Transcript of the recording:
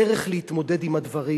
הדרך להתמודד עם הדברים